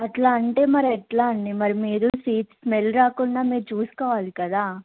అలా అంటే మరి ఎలా అండి మరి మీరే సీట్స్ స్మెల్ రాకుండా మీరు చూసుకోవాలి కదా